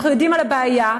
אנחנו יודעים על הבעיה,